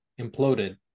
imploded